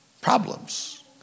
problems